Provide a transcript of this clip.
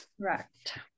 Correct